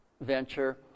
venture